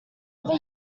ever